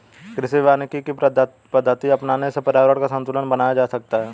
कृषि वानिकी की पद्धति अपनाने से पर्यावरण का संतूलन बनाया जा सकता है